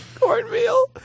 cornmeal